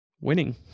Winning